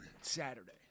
Saturday